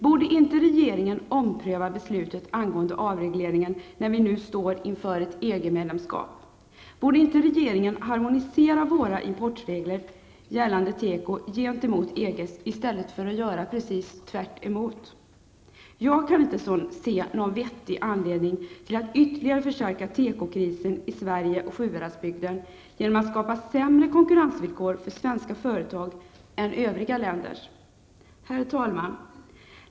Borde inte regeringen ompröva beslutet angående avregleringen när vi nu står inför ett EG-medlemskap? Borde inte regeringen harmonisera våra importregler gällande teko gentemot EGs i stället för att göra tvärtemot? Jag kan inte se någon vettig anledning till att ytterligare förstärka tekokrisen i Sverige och i Sjuhäradsbygden genom att skapa sämre konkurrensvillkor för svenska företag än övriga länders företag. Herr talman!